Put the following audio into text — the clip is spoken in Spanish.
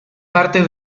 parte